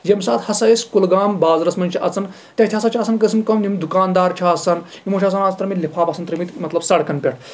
ییٚمہِ ساتہٕ ہسا أسۍ کۄلگام بازرَس منٛز چھِ اَژَان تٔتھۍ ہسا چھُ آسان گژھان یِم کٔمۍ دُکان دار چھِ آسان یِمو چھِ آسان ترٲومٕتۍ لِفافہٕ آسان ترٲمٕتۍ مطلب سڑکن پٮ۪ٹھ